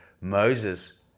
Moses